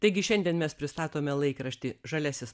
taigi šiandien mes pristatome laikraštį žaliasis